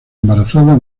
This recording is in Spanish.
embarazada